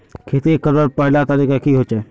खेती करवार पहला तरीका की होचए?